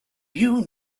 you